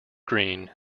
green